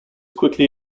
quickly